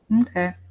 Okay